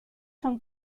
son